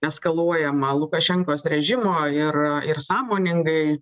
eskaluojama lukašenkos režimo ir ir sąmoningai